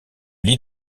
lie